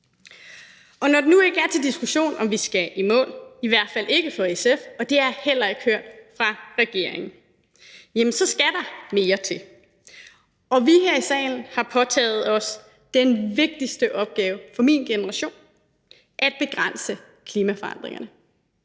Og når det nu ikke er til diskussion, om vi skal i mål, i hvert fald ikke for SF, og det har jeg heller ikke hørt fra regeringen, så skal der mere til. Og vi her i salen har påtaget os den vigtigste opgave for min generation: at begrænse klimaforandringerne.